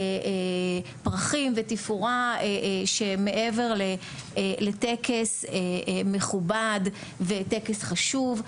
פרחים ותפאורה שמעבר לטקס מכובד וטקס חשוב,